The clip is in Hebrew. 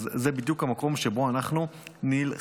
זה בדיוק המקום שבו אנחנו נלחמים,